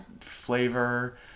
flavor